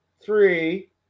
three